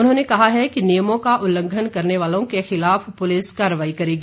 उन्होंने कहा है कि नियमों का उल्लंघन करने वालों के खिलाफ पुलिस कार्रवाई करेगी